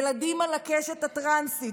ילדים על הקשת הטרנסית,